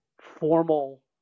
formal